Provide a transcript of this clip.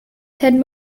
ted